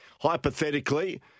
Hypothetically